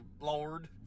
Lord